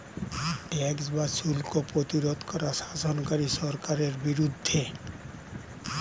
tax বা শুল্ক প্রতিরোধ করা শাসনকারী সরকারের নিয়মের বিরুদ্ধে